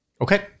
Okay